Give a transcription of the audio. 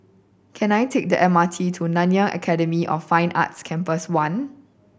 can I take the M R T to Nanyang Academy of Fine Arts Campus One